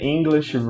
English